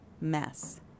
mess